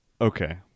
Okay